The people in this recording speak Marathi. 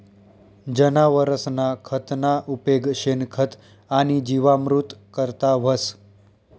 जनावरसना खतना उपेग शेणखत आणि जीवामृत करता व्हस